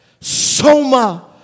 Soma